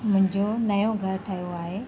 मुंहिंजो नओ घर ठहियो आहे